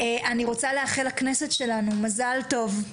אני רוצה לאחל לכנסת שלנו מזל טוב,